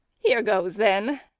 here goes then!